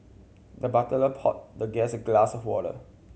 the butler poured the guest a glass of water